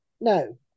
no